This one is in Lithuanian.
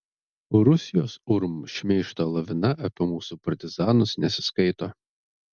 rusijos urm šmeižto lavina apie mūsų partizanus nesiskaito